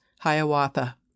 Hiawatha